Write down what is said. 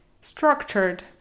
structured